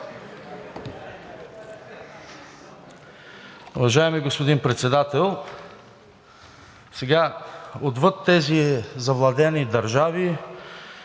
Уважаеми господин Председател, отвъд тези завладени държави,